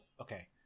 Okay